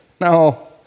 no